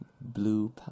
Blue